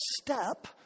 step